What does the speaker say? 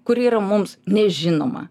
kuri yra mums nežinoma